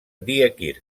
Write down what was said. diekirch